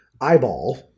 eyeball